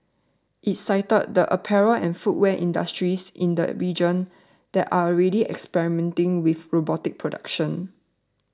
it cited the apparel and footwear industries in the region that are already experimenting with robotic production